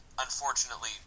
unfortunately